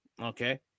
Okay